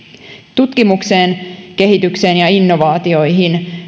tutkimukseen kehitykseen ja innovaatioihin